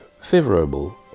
favorable